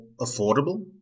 affordable